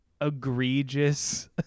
egregious